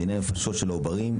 דיני נפשות של העוברים,